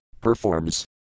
performs